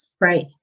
right